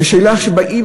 זה שאלה שבאים,